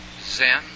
Zen